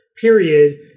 period